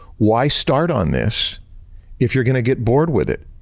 why start on this if you're going to get bored with it?